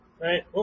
right